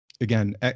again